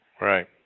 Right